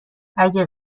اگه